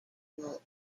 will